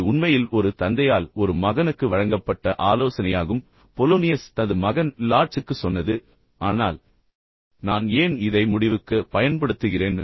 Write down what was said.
இது உண்மையில் ஒரு தந்தையால் ஒரு மகனுக்கு வழங்கப்பட்ட ஆலோசனையாகும் பொலோனியஸ் தனது மகன் லார்ட்ஸுக்கு சொன்னது ஆனால் நான் ஏன் இதை முடிவுக்கு பயன்படுத்துகிறேன்